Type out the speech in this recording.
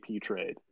trade